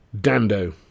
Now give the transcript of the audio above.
Dando